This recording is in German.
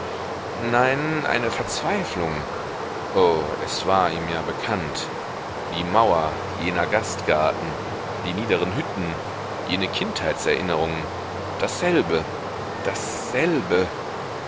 nein eine verzweiflung o es war ihm ja bekannt die mauer jener gastgarten die niederen hütten jene kindheitserinnerung dasselbe dasselbe